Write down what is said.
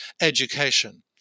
education